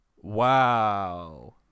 Wow